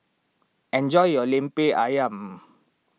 enjoy your Lemper Ayam